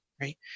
Right